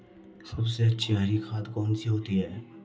सबसे अच्छी हरी खाद कौन सी होती है?